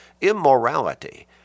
immorality